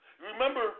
Remember